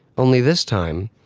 only this time,